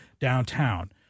downtown